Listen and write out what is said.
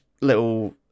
little